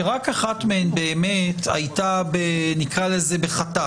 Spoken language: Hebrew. ורק אחת מהן באמת הייתה בחטף,